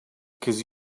cause